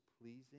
pleasing